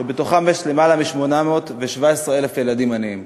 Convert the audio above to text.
שבתוכן יש למעלה מ-817,000 ילדים עניים.